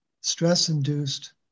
stress-induced